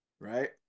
right